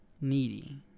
Needy